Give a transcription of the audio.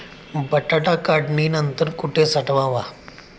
बटाटा काढणी नंतर कुठे साठवावा?